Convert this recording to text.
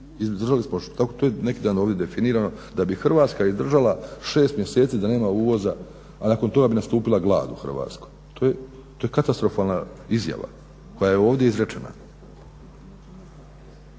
izdržali 6 mjeseci, to je neki dan ovdje definirano da bi Hrvatska izdržala 6 mjeseci da nema uvoza, a nakon toga bi nastupila glad u Hrvatskoj. To je katastrofalna izjava koja je ovdje izrečena.